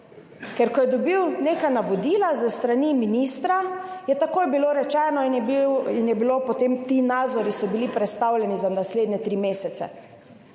ker ko je dobil neka navodila s strani ministra, je takoj bilo rečeno in so bili potem ti nadzori prestavljeni za naslednje tri mesece.